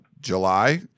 july